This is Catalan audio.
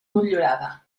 motllurada